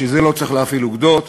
בשביל זה לא צריך להפעיל אוגדות,